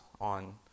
on